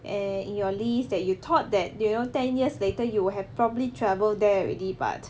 and in your list that you thought that you know ten years later you will have probably travel there already but